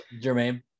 Jermaine